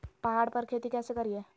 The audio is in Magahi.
पहाड़ पर खेती कैसे करीये?